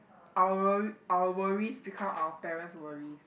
our worry our worries become our parents worries